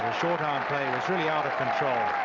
um kind of really out of control.